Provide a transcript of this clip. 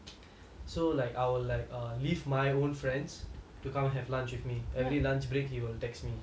so like I will like err leave my own friends to come have lunch with him every lunch break he will text me